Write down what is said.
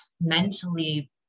mentally